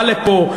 בא לפה,